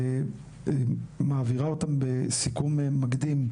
ומעבירה אותם בסיכום מקדים,